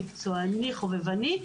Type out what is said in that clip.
המקצועני והחובבני,